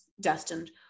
destined